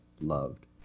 loved